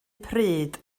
pryd